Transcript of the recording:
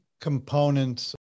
components